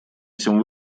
этим